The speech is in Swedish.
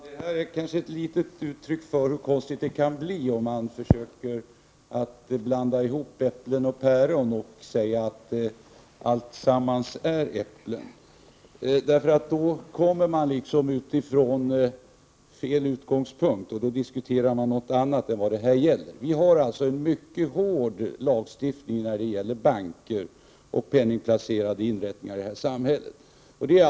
Herr talman! Detta är ett litet uttryck för hur konstigt det kan bli om man försöker blanda ihop äpplen och päron och säga att allt är äpplen. Utgångspunkten blir då fel, och man diskuterar något annat än det som frågan gäller. Den lagstiftning som gäller banker och penningsplacerande inrättningar i vårt samhälle är mycket hård.